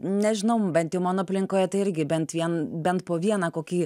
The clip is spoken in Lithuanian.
nežinau bent jau mano aplinkoje tai irgi bent vien bent po vieną kokį